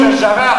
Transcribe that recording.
בשיח'-ג'ראח?